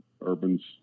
urban's